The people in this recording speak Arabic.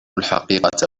الحقيقة